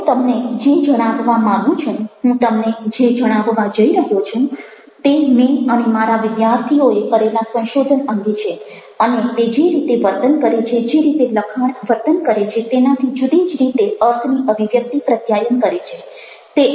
હવે હું તમને જે જણાવવા માગું છું હું તમને જે જણાવવા જઈ રહ્યો છું તે મેં અને મારા વિદ્યાર્થીઓએ કરેલા સંશોધન અંગે છે અને તે જે રીતે વર્તન કરે છે જે રીતે લખાણ વર્તન કરે છે તેનાથી જુદી જ રીતે અર્થની અભિવ્યક્તિ પ્રત્યાયન કરે છે